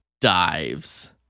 dives